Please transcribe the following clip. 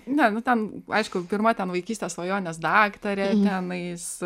ne nu ten aišku pirma ten vaikystės svajonės daktarė tenais